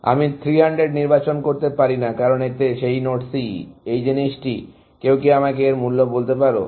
আমি 300 নির্বাচন করতে পারি না কারণ এতে সেই নোড C এই জিনিসটি কেউ কি আমাকে এর মূল্য বলতে পারো